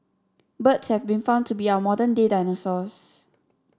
birds have been found to be our modern day dinosaurs